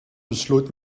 besloot